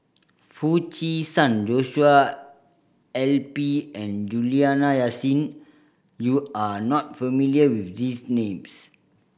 Foo Chee San Joshua I P and Juliana Yasin you are not familiar with these names